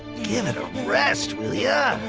give it a rest, will ya?